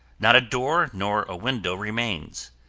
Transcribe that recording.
not a door nor a window remains.